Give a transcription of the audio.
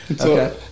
Okay